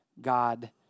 God